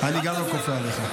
גם אני לא כופה עליך.